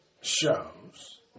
shows